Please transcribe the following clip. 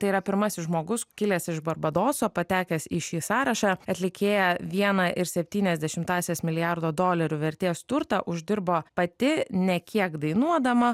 tai yra pirmasis žmogus kilęs iš barbadoso patekęs į šį sąrašą atlikėja vieną ir septynias dešimtąsias milijardo dolerių vertės turtą uždirbo pati ne kiek dainuodama